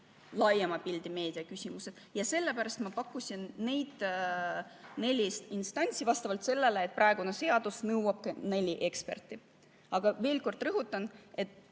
laiema pildi meediaküsimustest. Sellepärast ma pakkusin neid nelja instantsi, vastavalt sellele, et praegune seadus nõuab nelja eksperti. Aga veel kord rõhutan, et